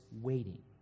waiting